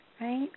Right